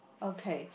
okay